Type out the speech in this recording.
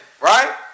Right